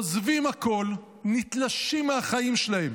עוזבים הכול, נתלשים מהחיים שלהם,